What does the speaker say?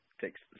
takes